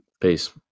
Peace